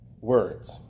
words